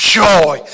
joy